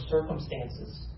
circumstances